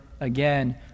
again